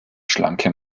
schlanke